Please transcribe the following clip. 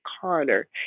Connor